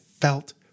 felt